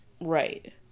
Right